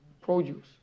produce